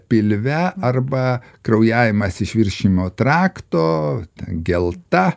pilve arba kraujavimas iš virškinimo trakto gelta